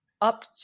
up